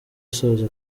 asoza